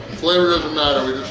flavor doesn't matter we